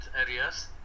areas